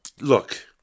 look